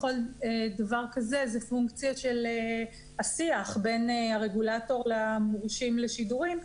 בכל דבר כזה זה פונקציות של השיח בין הרגולטור למורשים לשידורים,